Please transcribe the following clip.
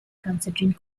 considering